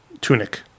tunic